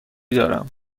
دارم